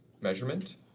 measurement